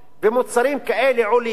ומוצרים כאלה עולים,